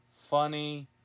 funny